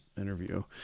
interview